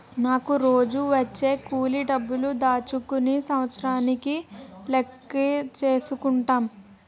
నాకు రోజూ వచ్చే కూలి డబ్బులు దాచుకుని సంవత్సరానికి లెక్కేసుకుంటాం